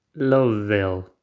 Loveville